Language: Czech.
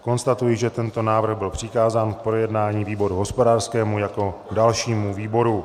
Konstatuji, že tento návrh byl přikázán k projednání výboru hospodářskému jako dalšímu výboru.